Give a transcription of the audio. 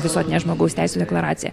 visuotinę žmogaus teisių deklaraciją